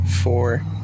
four